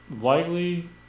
likely